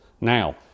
Now